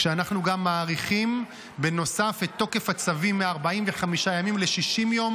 כשאנחנו גם מאריכים בנוסף את תוקף הצווים מ-45 ימים ל-60 יום,